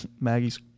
Maggie's